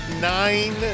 nine